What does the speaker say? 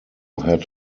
had